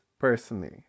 personally